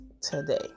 today